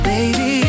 Baby